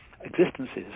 existences